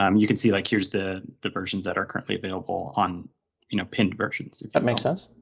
um you can see like here's the the versions that are currently available on you know pinned versions. that makes sense?